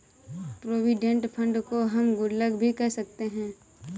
provident fund को हम गुल्लक भी कह सकते हैं